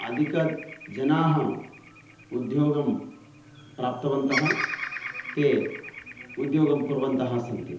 अधिकजनाः उद्योगं प्राप्तवन्तः ते उद्योगं कुर्वन्तः सन्ति